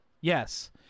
yes